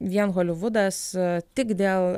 vien holivudas tik dėl